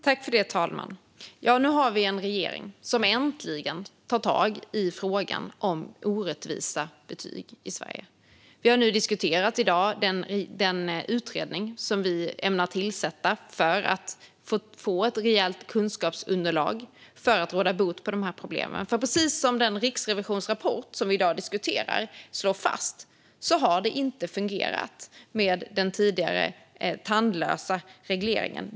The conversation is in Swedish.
Herr talman! Nu har vi en regering som äntligen tar tag i frågan om orättvisa betyg i Sverige. Vi har i dag diskuterat den utredning som vi ämnar tillsätta för att få ett rejält kunskapsunderlag för att råda bot på dessa problem. Precis som slås fast i den rapport från Riksrevisionen som vi i dag diskuterar har det inte fungerat med den tidigare tandlösa regleringen.